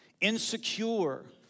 Insecure